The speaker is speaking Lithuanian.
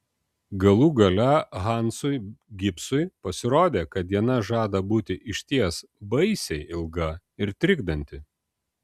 galų gale hansui gibsui pasirodė kad diena žada būti išties baisiai ilga ir trikdanti